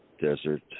Desert